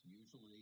Usually